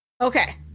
Okay